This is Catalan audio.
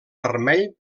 vermell